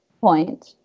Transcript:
point